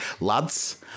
Lads